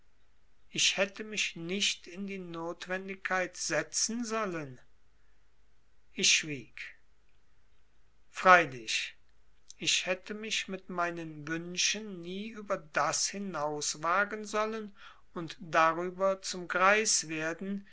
ich hätte mich nicht in die notwendigkeit setzen sollen ich schwieg freilich ich hätte mich mit meinen wünschen nie über das hinauswagen sollen und darüber zum greis werden